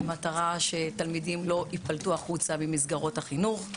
במטרה שתלמידים לא יפלטו החוצה במסגרות החינוך,